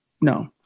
No